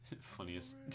Funniest